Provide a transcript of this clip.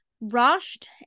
rushed